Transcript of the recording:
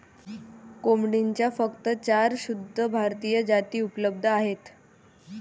कोंबडीच्या फक्त चार शुद्ध भारतीय जाती उपलब्ध आहेत